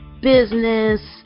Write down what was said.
business